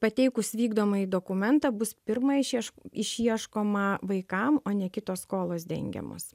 pateikus vykdomąjį dokumentą bus pirma išieš išieškoma vaikam o ne kitos skolos dengiamos